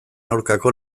aurkako